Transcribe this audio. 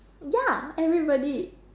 ya everybody